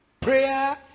Prayer